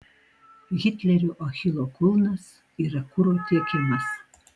hitlerio achilo kulnas yra kuro tiekimas